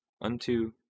unto